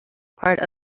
part